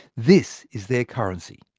this is their currency.